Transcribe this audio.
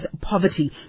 poverty